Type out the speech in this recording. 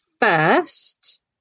first